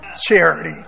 Charity